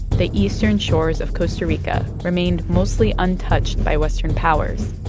the eastern shores of costa rica remained mostly untouched by western powers.